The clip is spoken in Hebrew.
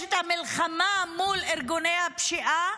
יש את המלחמה מול ארגוני הפשיעה,